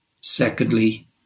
Secondly